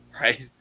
right